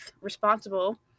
responsible